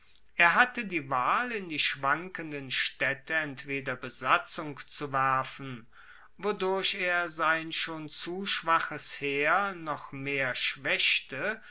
er hatte die wahl in die schwankenden staedte entweder besatzung zu werfen wodurch er sein schon zu schwaches heer noch mehr schwaechte